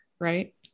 right